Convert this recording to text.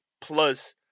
plus